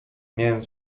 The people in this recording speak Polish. miałem